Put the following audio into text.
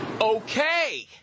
Okay